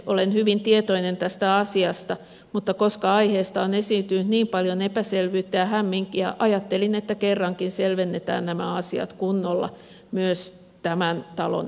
olen hyvin tietoinen tästä asiasta mutta koska aiheesta on esiintynyt niin paljon epäselvyyttä ja hämminkiä ajattelin että kerrankin selvennetään nämä asiat kunnolla myös tämän talon pöytäkirjoihin